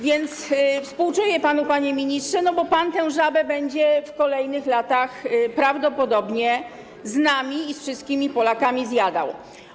Więc współczuję panu, panie ministrze, bo pan tę żabę będzie w kolejnych latach prawdopodobnie z nami i z wszystkimi Polakami zjadał.